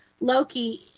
Loki